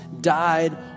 died